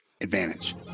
advantage